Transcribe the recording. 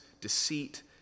deceit